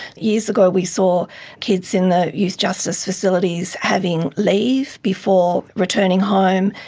years ago we saw kids in the youth justice facilities having leave before returning home,